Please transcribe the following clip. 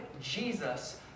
Jesus